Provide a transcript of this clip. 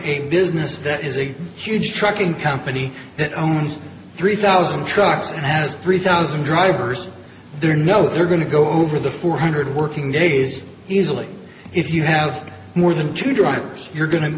a business that is a huge trucking company that owns three thousand trucks has three thousand drivers there now they're going to go over the four hundred working days easily if you have more than two drivers you're go